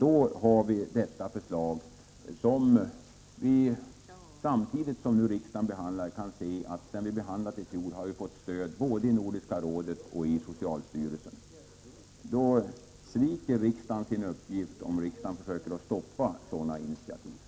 Då har vi detta förslag, som sedan riksdagen behandlade det i fjol har fått stöd både i Nordiska rådet och i socialstyrelsen. Riksdagen sviker sin uppgift om den försöker stoppa sådana initiativ.